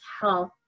health